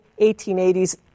1880s